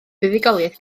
buddugoliaeth